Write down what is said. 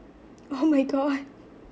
oh my god